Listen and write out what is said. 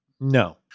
No